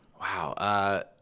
Wow